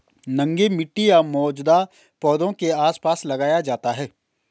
नंगे मिट्टी या मौजूदा पौधों के आसपास लगाया जाता है